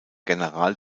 general